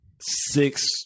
six